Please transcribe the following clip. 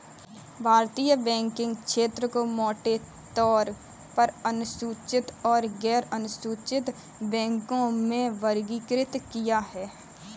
भारतीय बैंकिंग क्षेत्र को मोटे तौर पर अनुसूचित और गैरअनुसूचित बैंकों में वर्गीकृत किया है